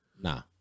nah